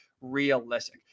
realistic